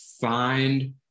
find